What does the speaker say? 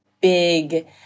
big